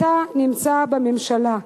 אתה נמצא בממשלה,